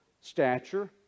stature